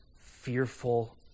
fearful